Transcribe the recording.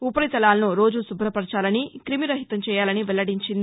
ఉపరితలాలను రోజూ శుభ్రపరచాలని క్రిమీరహితం చేయాలని వెల్లడించింది